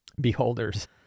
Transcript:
beholders